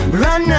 run